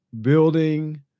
building